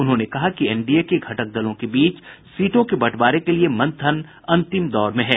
उन्होंने कहा कि एनडीए के घटक दलों के बीच सीटों के बंटवारे के लिये मंथन अंतिम दौर में है